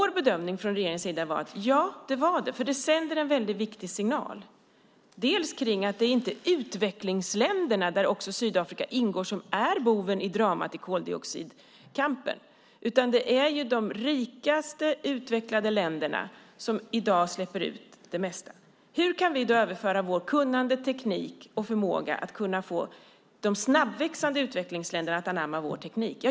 Regeringens bedömning är att det var rätt. Det sänder en viktig signal om att det inte är utvecklingsländerna, där Sydafrika ingår, som är boven i dramat i koldioxidkampen. Det är de rikaste utvecklade länderna som i dag släpper ut det mesta. Hur kan vi överföra kunnande, teknik och förmåga och få de snabbväxande utvecklingsländerna att anamma vår teknik?